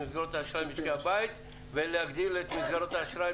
לסגור את האשראי למשקי הבית ולהגדיל את מסגרות האשראי